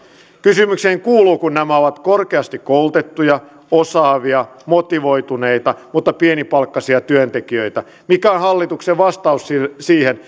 kysymykseni kuuluu kun nämä ovat korkeasti koulutettuja osaavia motivoituneita mutta pienipalkkaisia työntekijöitä mikä on hallituksen vastaus siihen siihen